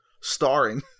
starring